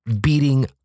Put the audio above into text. beating